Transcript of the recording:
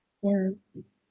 ya